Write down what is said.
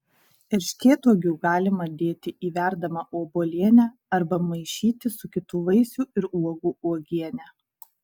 erškėtuogių galima dėti į verdamą obuolienę arba maišyti su kitų vaisių ir uogų uogiene